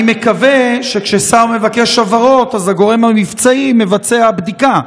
אני מקווה שכששר מבקש הבהרות אז הגורם המבצעי מבצע בדיקה.